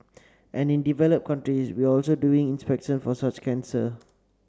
and in developed countries we are also doing more inspection for such cancer